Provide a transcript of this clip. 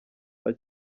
saa